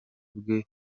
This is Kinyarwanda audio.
bwe